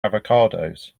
avocados